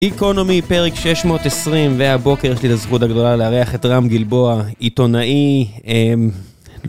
גיקונומי, פרק 620, והבוקר יש לי הזכות הגדולה להריח את רם גלבוע, עיתונאי.